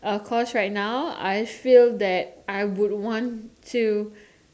our course right now I feel that I would want to